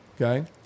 okay